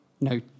no